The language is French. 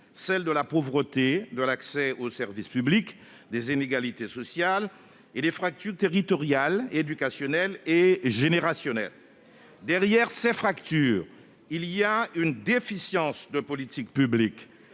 celle de la pauvreté, de l'accès aux services publics, des inégalités sociales et des fractures territoriales, éducationnelles et générationnelles. Derrière ces fractures, il y a une déficience de politique publique.